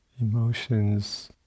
Emotions